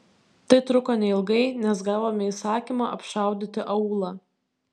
tai truko neilgai nes gavome įsakymą apšaudyti aūlą